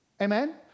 Amen